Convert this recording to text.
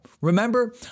Remember